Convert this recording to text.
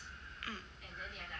uh